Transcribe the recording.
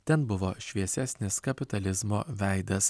ten buvo šviesesnis kapitalizmo veidas